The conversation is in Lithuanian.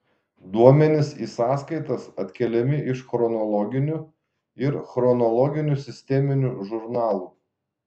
duomenys į sąskaitas atkeliami iš chronologinių ir chronologinių sisteminių žurnalų